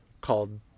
called